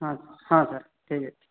ହଁ ହଁ ସାର୍ ଠିକ୍ ଅଛି